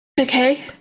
Okay